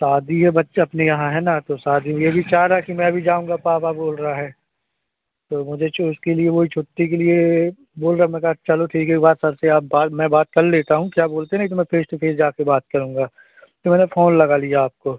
शादी है बच्चा अपने यहाँ है ना तो सादी में ये भी चाह रहा है कि मैं भी जाऊँगा पापा बोल रहा है तो मुझे उसके लिए वही छुट्टी के लिए बोल रहा मैं कहा चलो ठीक है एक बार सर से आप बात मैं बात कर लेता हूँ क्या बोलते हैं नही तो मैं फेस टू फेस जा कर बात करूँगा तो मैंने फोन लगा लिया आपको